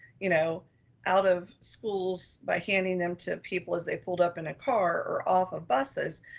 you know out of schools by handing them to people as they pulled up in a car or off of buses,